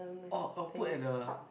orh or put at the